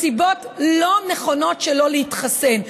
מסיבות לא נכונות, שלא להתחסן.